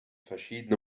verschiedene